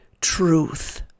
truth